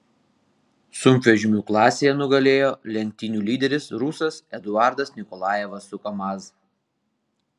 sunkvežimių klasėje nugalėjo lenktynių lyderis rusas eduardas nikolajevas su kamaz